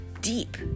deep